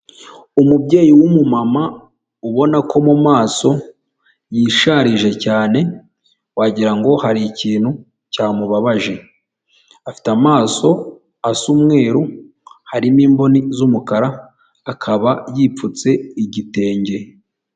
Umubyeyi w'umumama ubona ko mu maso yisharirije cyane, wagirango ngo hari ikintu cyamubabaje afite amaso asa umweru harimo imboni z'umukara akaba yipfutse igitenge.